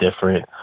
different